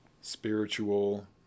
spiritual